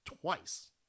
twice